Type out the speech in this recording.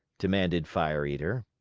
demanded fire eater.